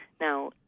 Now